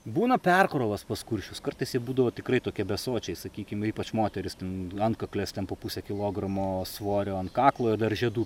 būna perkrovos pas kuršius kartais jie būdavo tikrai tokie besočiai sakykim ypač moterys ten antkaklės ten po pusę kilogramo svorio ant kaklo ir dar žiedų